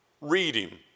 reading